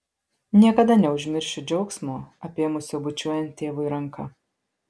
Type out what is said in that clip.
niekada neužmiršiu džiaugsmo apėmusio bučiuojant tėvui ranką